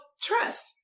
trust